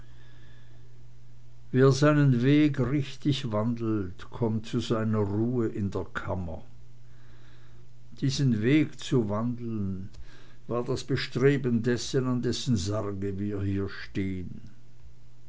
seinen weg richtig wandelt kommt zu seiner ruhe in der kammer diesen weg zu wandeln war das bestreben dessen an dessen sarge wir hier stehn